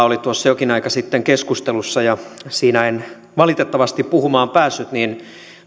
oli tuossa jokin aika sitten keskustelussa ja kun siinä en valitettavasti puhumaan päässyt niin